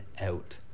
out